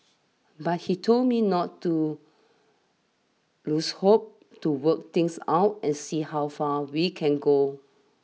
but he told me not to lose hope to work things out and see how far we can go